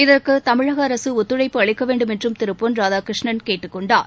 இதற்கு தமிழக அரசு ஒத்துழைப்பு அளிக்க வேண்டும் என்றும் திரு பொள் ராதாகிருஷ்ணன் கேட்டுக் கொண்டார்